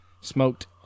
smoked